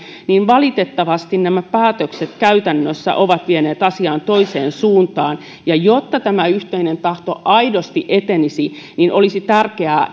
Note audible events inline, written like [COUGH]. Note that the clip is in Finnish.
niin valitettavasti nämä päätökset käytännössä ovat vieneet asiaa toiseen suuntaan jotta tämä yhteinen tahto aidosti etenisi olisi tärkeää [UNINTELLIGIBLE]